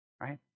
right